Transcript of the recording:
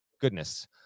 goodness